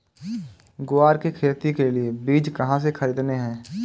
ग्वार की खेती के लिए बीज कहाँ से खरीदने हैं?